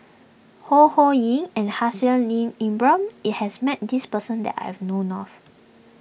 Ho Ho Ying and Haslir Ibrahim it has met this person that I've known of